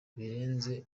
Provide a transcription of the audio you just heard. birenze